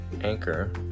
Anchor